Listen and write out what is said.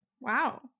wow